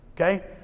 Okay